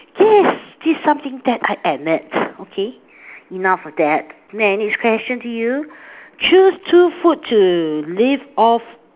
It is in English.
yes this is something that I admit okay enough of that my next question to you choose two food to live off